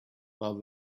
but